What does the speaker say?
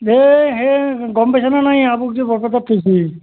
এ হে গ'ম পাইছানে নাই এ আবুক যে বৰপেটাত থৈছে